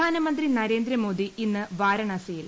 പ്രധാനമന്ത്രി നരേന്ദ്രമോദി ഇന്ന് വാരാണസിയിൽ